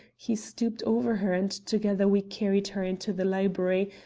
he stooped over her and together we carried her into the library,